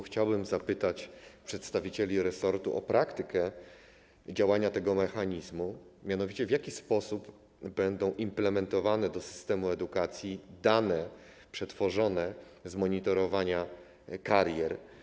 Chciałbym zapytać przedstawicieli resortu o praktykę działania tego mechanizmu, mianowicie o to, w jaki sposób będą implementowane do systemu edukacji dane przetworzone z monitorowania karier.